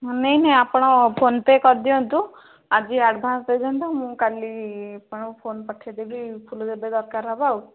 ନାଇଁ ନାଇଁ ଆପଣ ଫୋନପେ କରିଦିଅନ୍ତୁ ଆଜି ଆଡ଼ଭାନ୍ସ ଦେଇଦିଅନ୍ତୁ ମୁଁ କାଲି ଆପଣଙ୍କୁ ଫୋନ ପଠାଇଦେବି ଫୁଲ ଯେବେ ଦରକାର ହେବ ଆଉ